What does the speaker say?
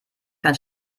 kann